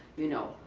you know.